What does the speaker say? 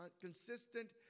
consistent